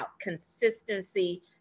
consistency